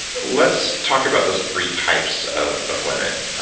let's talk about those three types of of women.